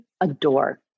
adore